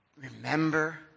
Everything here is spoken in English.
remember